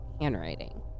handwriting